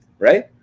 Right